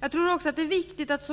Det är också viktigt att